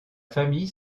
famille